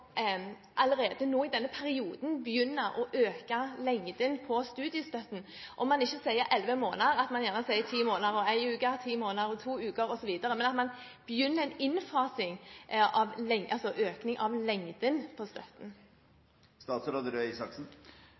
å øke lengden på studiestøtten – om man ikke sier elleve måneder, at man sier ti måneder og en uke, ti måneder og to uker osv. – at man begynner en innfasing av økning av lengden på støtten?